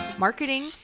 Marketing